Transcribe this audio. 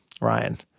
Ryan